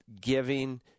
giving